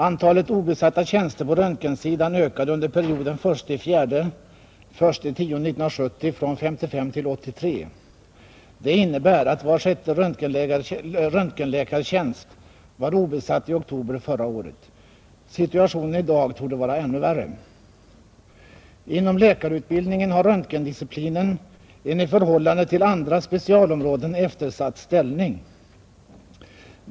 Antalet obesatta tjänster på röntgensidan ökade under perioden 1 april—-1 oktober 1970 från 55 till 83. Det innebär att var sjätte röntgenläkartjänst var obesatt i oktober förra året. Situationen i dag torde vara ännu värre. Inom läkarutbildningen har röntgendisciplinen en i förhållande till andra specialområden eftersatt ställning.